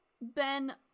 Ben